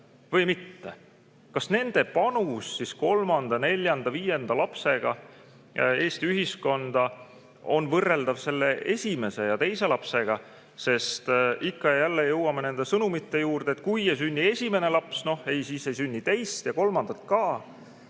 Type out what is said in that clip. või mitte. Kas nende panus kolmanda, neljanda, viienda lapsega Eesti ühiskonda on võrreldav esimese ja teise lapsega? Ikka ja jälle jõuame nende sõnumite juurde, et kui ei sünni esimene laps, siis ei sünni teist ja kolmandat ka.